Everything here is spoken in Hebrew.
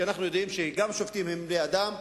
כי אנחנו יודעים שגם שופטים הם בני-אדם,